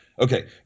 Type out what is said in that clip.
okay